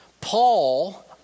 Paul